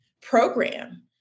program